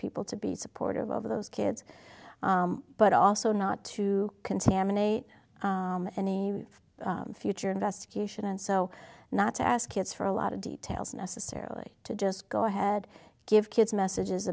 people to be supportive of those kids but also not to contaminate any future investigation and so not to ask kids for a lot of details necessarily to just go ahead give kids messages